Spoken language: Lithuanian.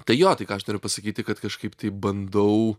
tai jo tai ką aš norėjau pasakyti kad kažkaip tai bandau